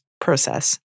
process